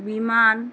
বিমান